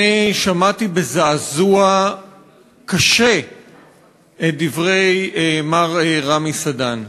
אני שמעתי בזעזוע קשה את דברי מר רמי סדן.